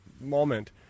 moment